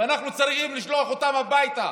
ואנחנו צריכים לשלוח אותם הביתה.